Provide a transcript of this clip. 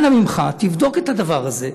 אנא ממך, תבדוק את הדבר הזה.